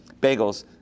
bagels